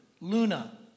Luna